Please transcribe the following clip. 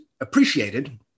appreciated